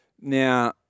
Now